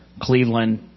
Cleveland